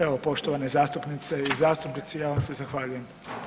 Evo poštovane zastupnice i zastupnici ja vam se zahvaljujem.